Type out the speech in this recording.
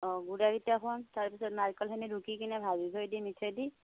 অঁ গুড়াকেইটা খুন তাৰপিছত নাৰিকলখিনি ৰুকি কিনে ভাবি থৈ দি মিঠে দি